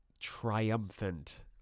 triumphant